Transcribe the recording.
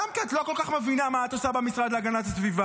גם כי את לא כל כך מבינה מה את עושה במשרד להגנת הסביבה,